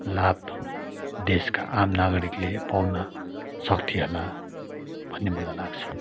लाभ देशका आम नागरिकले पाउन सक्थे होला भन्ने मलाई लाग्छ